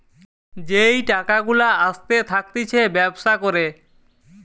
যেই টাকা গুলা আসতে থাকতিছে ব্যবসা করে